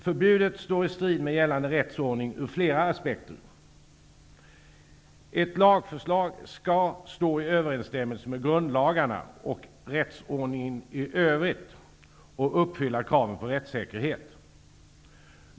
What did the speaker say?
Förbudet står i strid med gällande rättsordning ur flera aspekter. Ett lagförslag skall stå i överensstämmelse med grundlagarna och rättsordningen i övrigt och uppfylla kraven på rättssäkerhet.